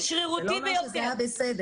זה שרירותי ביותר.